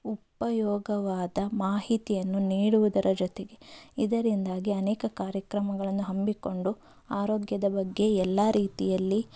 ಉಪಯೋಗವಾದ ಮಾಹಿತಿಯನ್ನು ನೀಡುವುದರ ಜೊತೆಗೆ ಇದರಿಂದಾಗಿ ಅನೇಕ ಕಾರ್ಯಕ್ರಮಗಳನ್ನು ಹಮ್ಮಿಕೊಂಡು ಆರೋಗ್ಯದ ಬಗ್ಗೆ ಎಲ್ಲ ರೀತಿಯಲ್ಲಿ